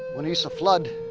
when it used to flood,